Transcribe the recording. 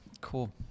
Cool